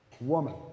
woman